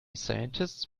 scientists